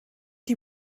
die